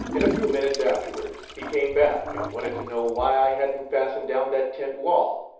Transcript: in a few minutes afterwards he came back, and wanted to know why i hadn't fastened down that tent wall.